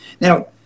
Now